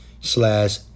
Slash